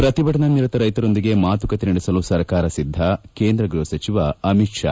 ಪ್ರತಿಭಟನಾ ನಿರತ ರೈತರೊಂದಿಗೆ ಮಾತುಕತೆ ನಡೆಸಲು ಸರ್ಕಾರ ಸಿದ್ದ ಕೇಂದ್ರ ಗ್ಬಹ ಸಚಿವ ಅಮಿತ್ ಷಾ